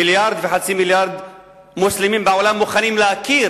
מיליארד וחצי מוסלמים בעולם מוכנים להכיר